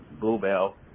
Bluebell